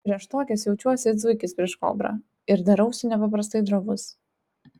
prieš tokias jaučiuosi it zuikis prieš kobrą ir darausi nepaprastai drovus